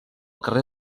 carrer